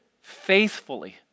faithfully